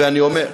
ואני אומר,